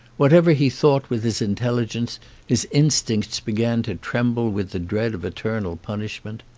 whatever he thought with his intelligence his instincts began to tremble with the dread of eternal punishment.